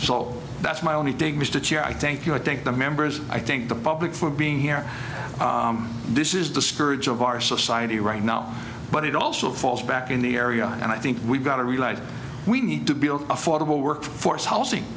so that's my only take mr chair i thank you i think the members i think the public for being here this is the scourge of our society right now but it also falls back in the area and i think we've got to realize we need to build affordable workforce housing